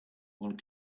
one